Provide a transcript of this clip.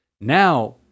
Now